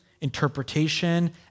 interpretation